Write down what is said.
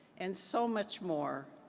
and so much more,